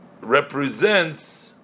represents